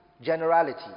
Generality